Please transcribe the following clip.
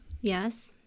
Yes